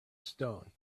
stone